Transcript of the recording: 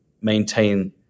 maintain